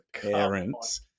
parents